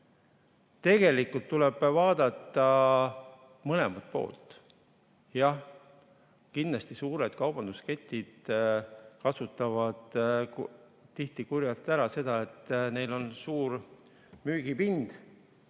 Tegelikult tuleb vaadata mõlemat poolt. Jah, kindlasti kasutavad suured kaubandusketid tihti kurjalt ära seda, et neil on suur müügipind